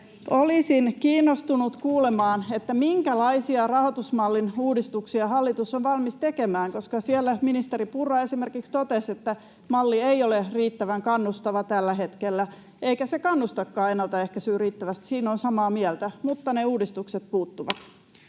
Olisin kiinnostunut kuulemaan, minkälaisia rahoitusmallin uudistuksia hallitus on valmis tekemään, koska siellä ministeri Purra esimerkiksi totesi, että malli ei ole riittävän kannustava tällä hetkellä. Eikä se kannustakaan ennaltaehkäisyyn riittävästi, siinä olen samaa mieltä, mutta ne uudistukset puuttuvat.